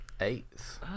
Eighth